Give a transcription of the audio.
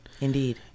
Indeed